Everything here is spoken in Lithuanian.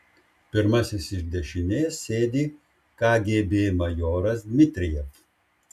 pirmasis iš dešinės sėdi kgb majoras dmitrijev